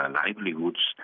livelihoods